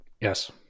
Yes